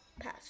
pass